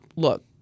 Look